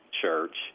church